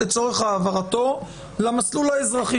לצורך העברתו למסלול האזרחי של הטיפול.